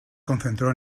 concentró